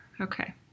Okay